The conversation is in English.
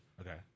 Okay